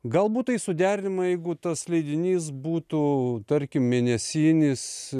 galbūt tai suderinama jeigu tas leidinys būtų tarkim mėnesinis